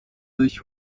durch